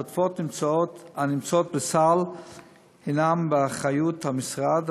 התותבות הנמצאות בסל הן באחריות המשרד,